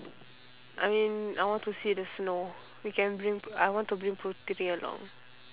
I mean I want to see the snow we can bring I want to bring putri along